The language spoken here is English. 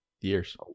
Years